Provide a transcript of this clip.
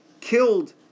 killed